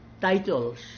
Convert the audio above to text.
titles